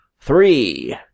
three